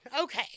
Okay